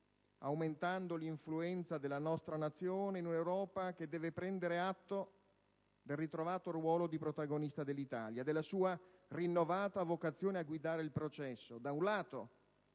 aumentando l'influenza della nostra Nazione in un'Europa che deve prendere atto del ritrovato ruolo di protagonista dell'Italia e della sua rinnovata vocazione a guidare il processo, da un lato,